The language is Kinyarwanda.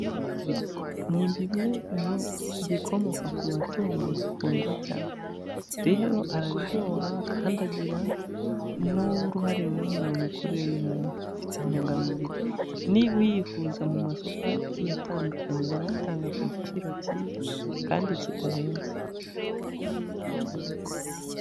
Amafi, ni bimwe mu bikomoka ku matungo bikundwa cyane, rero araryoha kandi agira n'uruhare runini mu mikurire y'umuntu afite intungamubiri, niba uyifuza mu masoko agiye atandukanye barayatanga ku giciro cyiza kandi kidahenze.